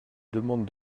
demandes